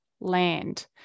land